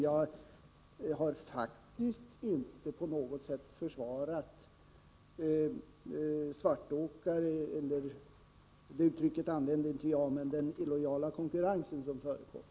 Jag har faktiskt inte på något sätt försvarat svartåkare; det uttrycket använde inte jag, men jag talade om den illojala konkurrens som förekommer.